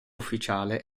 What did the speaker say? ufficiale